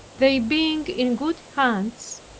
they being in good hands,